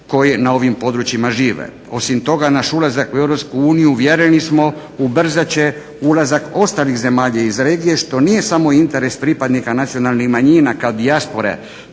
koji na ovim područjima žive. Osim toga naš ulazak u EU uvjereni smo ubrzat će ulazak ostalih zemalja iz regije što nije samo interes pripadnika nacionalnih manjina kao dijaspore